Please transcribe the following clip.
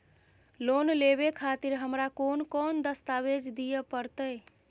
Loan लेवे खातिर हमरा कोन कौन दस्तावेज दिय परतै?